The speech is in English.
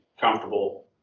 comfortable